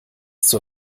zur